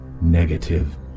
Negative